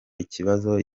ikibazo